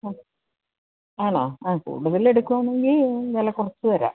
ആ ആണോ ആ കൂടുതല് എടുക്കുകയാണെങ്കില് വില കുറച്ച് തരാം